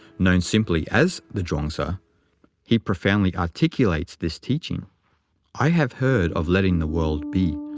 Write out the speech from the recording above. known simply as the chuang-tzu, he profoundly articulates this teaching i have heard of letting the world be,